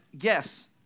yes